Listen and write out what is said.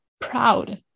proud